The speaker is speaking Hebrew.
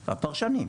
הפרשנים,